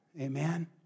Amen